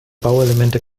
bauelemente